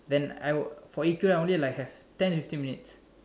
then I for E_Q I only have like ten fifteen minutes